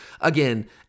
Again